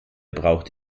braucht